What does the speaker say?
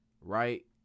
Right